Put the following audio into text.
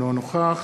אינו נוכח